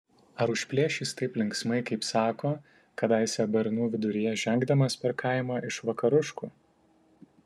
ar užplėš jis taip linksmai kaip sako kadaise bernų viduryje žengdamas per kaimą iš vakaruškų